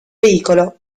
veicolo